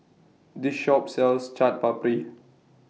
This Shop sells Chaat Papri